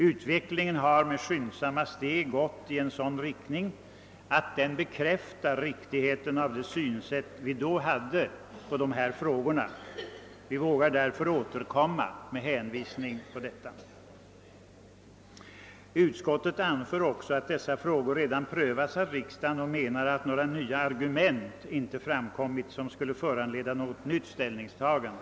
Utvecklingen har med skyndsamma steg gått i sådan riktning, att den bekräftar riktigheten av den syn vi då hade på dessa frågor. Vi vågar därför återkomma med hänvisning till detta. Utskottet anför också att dessa frågor redan prövats av riksdagen och menar att några nya argument inte framkommit, som skulle föranleda något nytt ställningstagande.